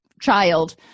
child